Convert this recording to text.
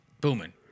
booming